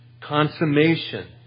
Consummation